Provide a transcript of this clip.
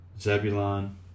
Zebulon